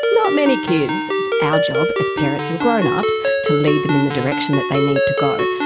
not many kids, it's our job as parents and grownups to lead them in the direction that they need to go.